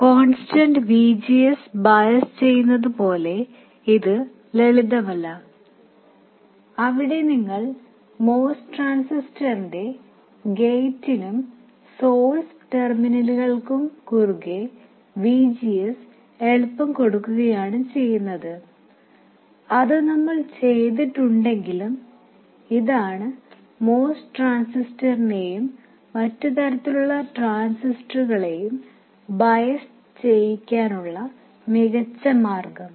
constant VGS bias ചെയ്യുന്നത് പോലെ ഇത് ലളിതമല്ല അവിടെ നിങ്ങൾ MOS ട്രാൻസിസ്റ്ററിന്റെ ഗേറ്റിനും സോഴ്സ് ടെർമിനലുകൾക്കും കുറുകേ VGS എളുപ്പം കൊടുക്കുകയാണ് ചെയ്യുന്നത് അത് നമ്മൾ ചെയ്തിട്ടുണ്ടെങ്കിലും ഇതാണ് MOS ട്രാൻസിസ്റ്ററിനെയും മറ്റ് തരത്തിലുള്ള ട്രാൻസിസ്റ്ററുകളെയും ബയസ് ചെയ്യാനുള്ള മികച്ച മാർഗ്ഗം